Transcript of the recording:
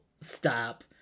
stop